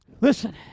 Listen